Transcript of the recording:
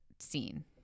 scene